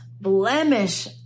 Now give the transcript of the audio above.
blemish